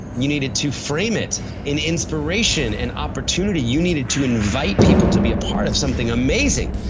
you needed to frame it in inspiration and opportunity. you needed to invite people to be a part of something amazing,